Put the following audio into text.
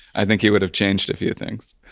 i think he would've changed a few things.